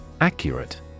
Accurate